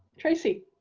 tracy